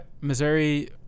Missouri